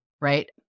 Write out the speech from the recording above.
Right